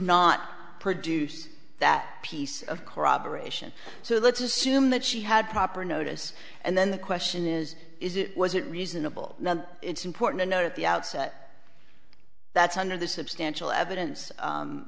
not produce that piece of corroboration so let's assume that she had proper notice and then the question is is it was it reasonable now it's important to know at the outset that's under the substantial evidence